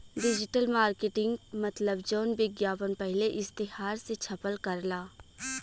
digital marketing मतलब जौन विज्ञापन पहिले इश्तेहार मे छपल करला